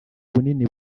bunini